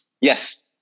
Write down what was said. Yes